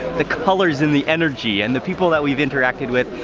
the colors, and the energy. and the people that we've interacted with,